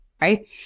Right